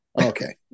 Okay